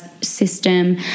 system